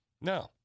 No